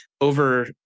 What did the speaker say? over